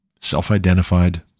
self-identified